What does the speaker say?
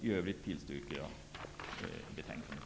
I övrigt tillstyrker jag utskottets förslag.